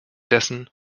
dessen